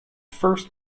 first